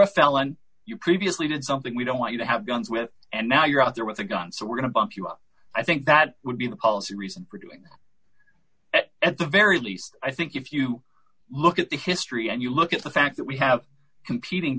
a felon you previously did something we don't want you to have guns with and now you're out there with a gun so we're going to bump you up i think that would be the policy reason for doing it at the very least i think if you look at the history and you look at the fact that we have competing